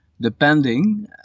depending